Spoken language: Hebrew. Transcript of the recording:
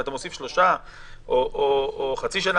אם אתה מוסיף שלושה חודשים או חצי שנה,